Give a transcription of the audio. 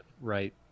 right